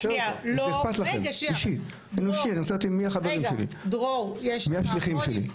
אני רוצה לדעת מי החברים שלי, מי השליחים שלי.